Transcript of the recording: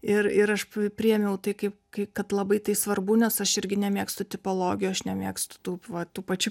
ir ir aš priėmiau tai kaip kad labai tai svarbu nes aš irgi nemėgstu tipologijų aš nemėgstu tų va tų pačių